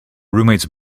roommate’s